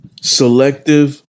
Selective